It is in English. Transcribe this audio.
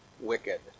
wicked